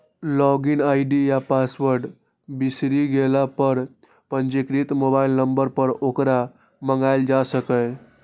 log in ID या password बिसरि गेला पर पंजीकृत मोबाइल नंबर पर ओकरा मंगाएल जा सकैए